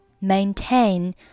maintain